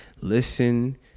listen